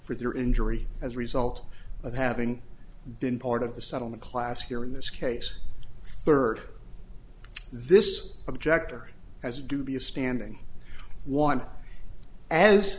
for their injury as a result of having been part of the settlement class here in this case third this objector has a dubious standing one as